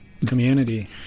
Community